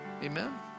Amen